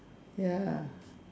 ya